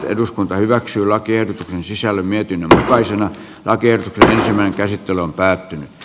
eduskunta hyväksyy laki ei sisällä myytiin takaisin arkeen tai tämän käsittely on päättynyt